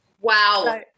Wow